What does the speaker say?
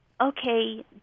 okay